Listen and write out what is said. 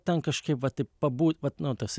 ten kažkaip vat taip pabūti vat nu tasai